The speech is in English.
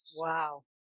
Wow